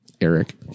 Eric